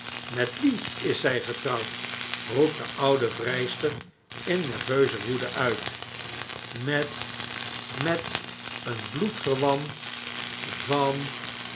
met wien is zij getrouwd roept de oude vrijster in nerveuze woede uit met met een bloedverwant van